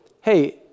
hey